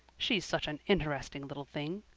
she's such an interesting little thing.